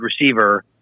receiver